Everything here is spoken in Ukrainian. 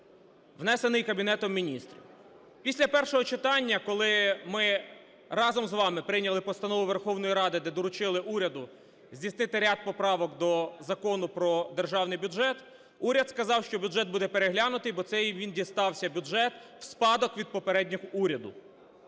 внесений Кабінетом Міністрів. Після першого читання, коли ми разом з вами прийняли постанову Верховної Ради, де доручили уряду здійснити ряд поправок до Закону про Державний бюджет, уряд сказав, що бюджет буде переглянутий, бо цей він дістався бюджет у спадок від попереднього уряду.